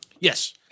Yes